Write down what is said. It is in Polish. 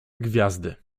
gwiazdy